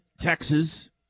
Texas